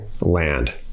land